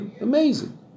Amazing